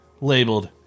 labeled